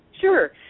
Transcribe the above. Sure